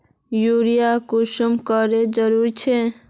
Urea कुंसम करे जरूरी छै?